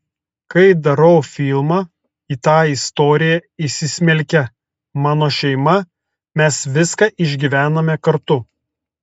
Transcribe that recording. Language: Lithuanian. kai darau filmą į tą istoriją įsismelkia mano šeima mes viską išgyvename kartu